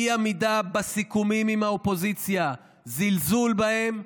אי-עמידה בסיכומים עם האופוזיציה, זלזול בהם,